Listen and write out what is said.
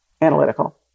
analytical